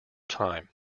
time